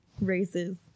Races